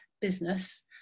business